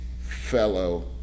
fellow